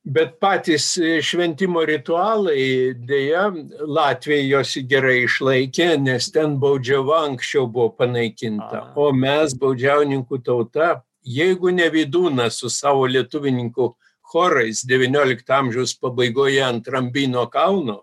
bet patys šventimo ritualai deja latviai juos gerai išlaikė nes ten baudžiava anksčiau panaikinta o mes baudžiauninkų tauta jeigu ne vydūnas su savo lietuvininkų chorais devyniolikto amžiaus pabaigoje ant rambyno kalno